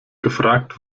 gefragt